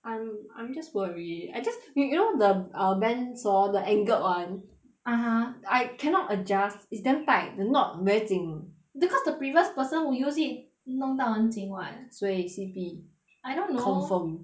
I'm I'm just worried I just you you know the err band saw the angled [one] (uh huh) I cannot adjust it's damn tied the knot very 紧 because the previous person who use it 弄到很紧 [what] 所以 C_B I don't know confirm